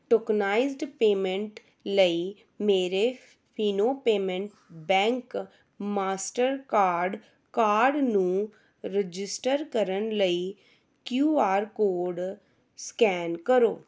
tokenized payment ਲਈ ਮੇਰੇ Fino payment bank Mastercard card ਨੂੰ ਰਜਿਸਟਰ ਕਰਨ ਲਈ ਕਿਯੂ ਆਰ ਕੋਡ ਸਕੈਨ ਕਰੋ